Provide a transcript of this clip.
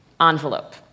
envelope